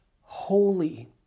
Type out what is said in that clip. holy